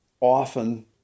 often